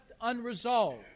unresolved